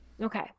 Okay